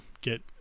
get